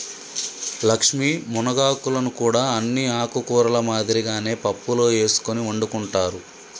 లక్ష్మీ మునగాకులను కూడా అన్ని ఆకుకూరల మాదిరిగానే పప్పులో ఎసుకొని వండుకుంటారు